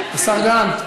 השר גלנט,